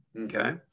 okay